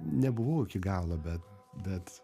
nebuvau iki galo be bet